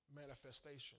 manifestation